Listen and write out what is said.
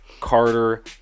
Carter